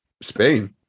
Spain